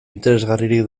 interesgarririk